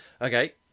Okay